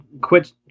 quit